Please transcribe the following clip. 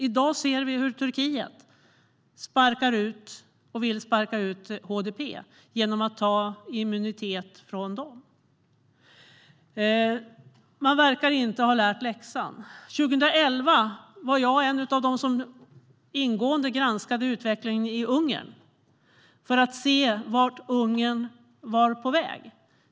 I dag ser vi hur Turkiet vill sparka ut HDP genom att ta bort immuniteten från dem. Man verkar inte ha lärt läxan. År 2011 var jag en av dem som ingående granskade utvecklingen i Ungern för att se vart Ungern var på väg.